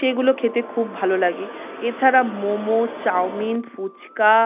সেগুলো খেতে খুব ভালো লাগে এছাড়া মোমো চাউমিন ফুচকা